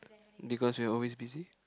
because we are always busy